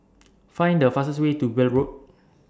Find The fastest Way to Weld Road